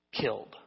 killed